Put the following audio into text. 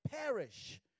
perish